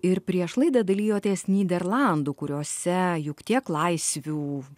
ir prieš laidą dalijotės nyderlandų kuriuose juk tiek laisvių